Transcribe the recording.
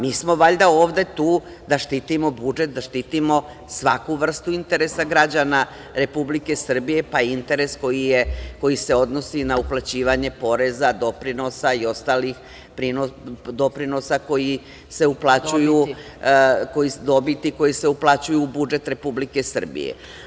Mi smo tu da štitimo budžet, da štitimo svaku vrstu interesa građana Republike Srbije, pa i interes koji se odnosi na uplaćivanje poreza, doprinosa i ostalih dobiti koje se uplaćuju u budžet Republike Srbije.